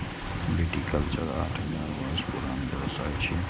viticulture आठ हजार वर्ष पुरान व्यवसाय छियै